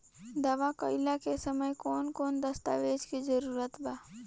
दावा कईला के समय कौन कौन दस्तावेज़ के जरूरत बा?